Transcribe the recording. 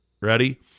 Ready